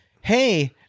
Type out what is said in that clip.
hey